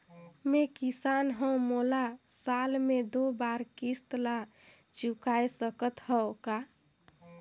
मैं किसान हव मोला साल मे दो बार किस्त ल चुकाय सकत हव का?